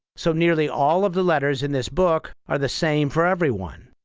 so nearly all of the letters in this book are the same for everyone.